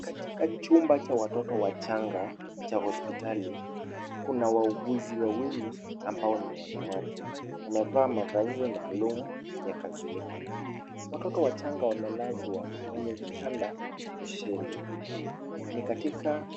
Katika chumba cha watoto wachanga cha hospitali, kuna wauguzi wawili ambao ni wanawake wamevaa mavazi maalum ya kazi yao. Watoto wachanga wamelazwa kwenye vitanda spesheli. Ni katika